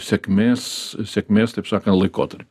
sėkmės sėkmės taip sakant laikotarpiu